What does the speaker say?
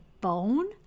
bone